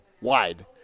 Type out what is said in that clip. wide